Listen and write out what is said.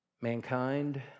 Mankind